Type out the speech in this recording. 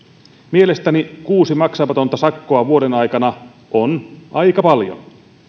mielestäni kuusi maksamatonta sakkoa vuoden aikana on aika paljon